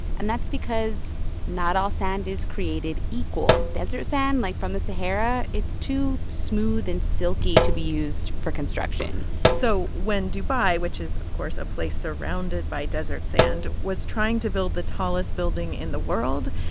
and that's because not all sand is created equal. desert sand, like from the sahara, it's too smooth and silky to be used for construction so when dubai, which is, of course, a place surrounded by desert sand, was trying to build the tallest building in the world,